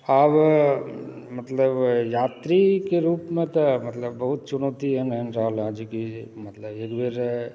हम मतलब यात्रीके रुपमे तऽ मतलब बहुत चुनौती एहन एहन रहल हँ जेकि मतलब एक बेर